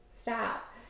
stop